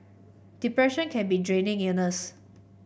depression can be a draining illness